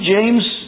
James